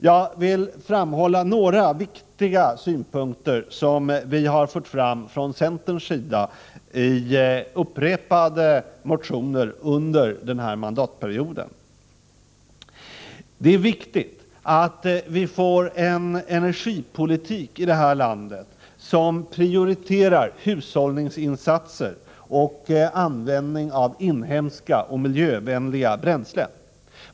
Jag vill framhålla några viktiga synpunkter som har förts fram från centerns sida i upprepade motioner under denna mandatperiod. Det är viktigt att vi får en energipolitik som prioriterar hushållningsinsatser och användning av inhemska, miljövänliga bränslen.